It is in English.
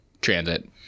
transit